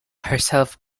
herself